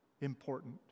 important